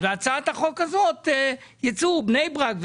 אז הצעת החוק הזאת יצאו בני ברק,